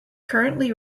currently